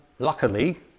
Luckily